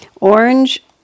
orange